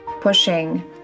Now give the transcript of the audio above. pushing